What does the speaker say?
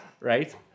right